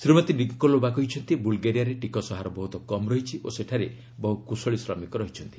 Shrimati Nikolova କହିଛନ୍ତି ବୁଲ୍ଗେରିଆରେ ଟିକସ ହାର ବହୁତ କମ୍ ରହିଛି ଓ ସେଠାରେ ବହୁ କୁଶଳୀ ଶ୍ରମିକ ରହିଛନ୍ତି